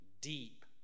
deep